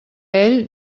ell